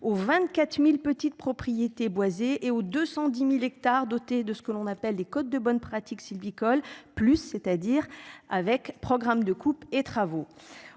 aux 24.000 petite propriété boisée et aux 210.000 hectares dotés de ce que l'on appelle des codes de bonnes pratiques sylvicoles plus c'est-à-dire avec programme de coupe et travaux.